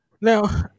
Now